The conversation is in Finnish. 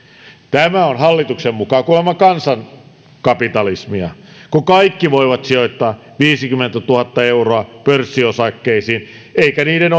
tämä on hallituksen mukaan kuulemma kansankapitalismia kun kaikki voivat sijoittaa viisikymmentätuhatta euroa pörssiosakkeisiin eikä niiden